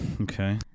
Okay